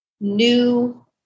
new